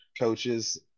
coaches